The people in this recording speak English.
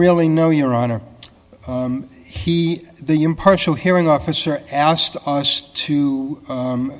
really no your honor he the impartial hearing officer asked us to